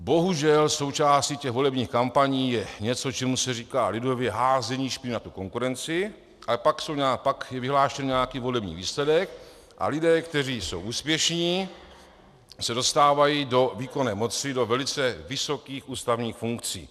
Bohužel součástí těch volebních kampaní je něco, čemu se říká lidově házení špíny na konkurenci, ale pak je vyhlášen nějaký volební výsledek a lidé, kteří jsou úspěšní, se dostávají do výkonné moci, do velice vysokých ústavních funkcí.